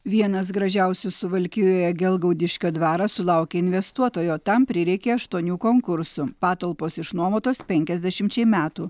vienas gražiausių suvalkijoje gelgaudiškio dvaras sulaukė investuotojo tam prireikė aštuonių konkursų patalpos išnuomotos penkiasdešimčiai metų